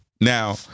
Now